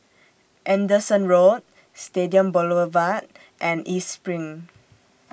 Anderson Road Stadium Boulevard and East SPRING